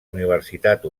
universitat